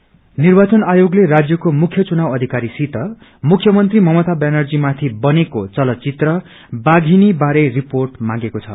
बाघिनी निर्वाचन आयागले राज्यको मुख्य चुनाव अधिकरीसित मुख्य मंत्री ममता व्यानर्जीमाथि बनेको चलचित्र बाधिनी बारे रिपोट मांगेको छ